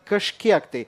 kažkiek tai